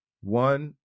One